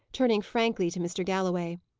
turning frankly to mr. galloway,